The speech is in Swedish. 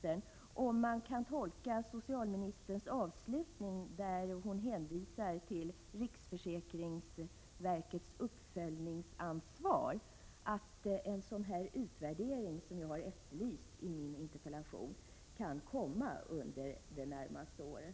en sådan utvärdering som jag har efterlyst i min interpellation kan komma under det närmaste året.